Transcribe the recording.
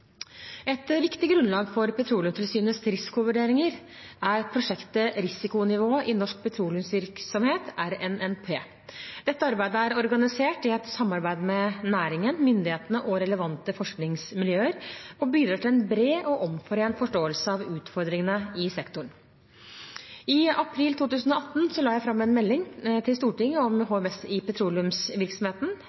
Et viktig grunnlag for Petroleumstilsynets risikovurderinger er prosjektet Risikonivå i norsk petroleumsvirksomhet, RNNP. Dette arbeidet er organisert i et samarbeid med næringen, myndighetene og relevante forskningsmiljøer og bidrar til en bred og omforent forståelse av utfordringene i sektoren. I april 2018 la jeg fram en melding til Stortinget om HMS i petroleumsvirksomheten.